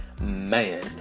Man